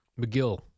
McGill